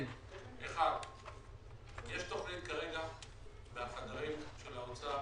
יש כרגע תוכניות בחדרי האוצר,